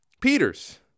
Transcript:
Peters